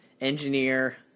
engineer